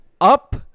up